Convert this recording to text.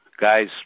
Guys